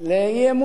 לאי-אמון.